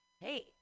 hey